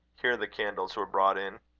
here the candles were brought in.